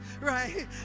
right